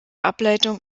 ableitung